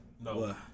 No